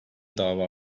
dava